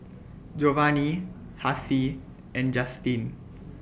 Jovani Hassie and Justine